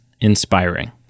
inspiring